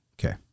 Okay